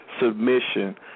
submission